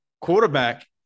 Quarterback